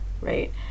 right